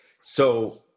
So-